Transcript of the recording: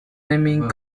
naming